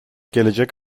gelecek